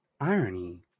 irony